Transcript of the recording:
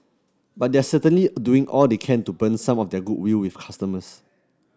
but they're certainly doing all they can to burn some of their goodwill with customers